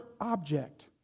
Object